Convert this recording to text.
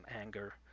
anger